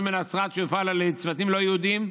בנצרת שיופעל על ידי צוותים לא יהודיים,